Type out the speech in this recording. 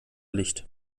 licht